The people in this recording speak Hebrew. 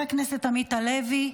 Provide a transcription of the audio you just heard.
חבר הכנסת עמית הלוי.